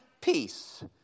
peace